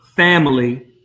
family